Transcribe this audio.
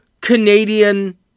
Canadian